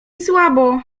słabo